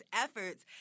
efforts